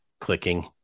clicking